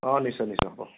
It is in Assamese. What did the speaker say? অ নিশ্চয় নিশ্চয় হ'ব